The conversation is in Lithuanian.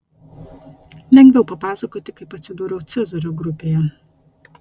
lengviau papasakoti kaip atsidūriau cezario grupėje